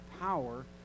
power